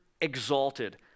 exalted